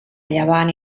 llevant